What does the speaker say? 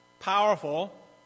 Powerful